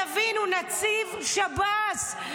תבינו, הוא נציב שב"ס.